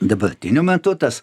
dabartiniu metu tas